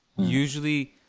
Usually